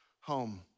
home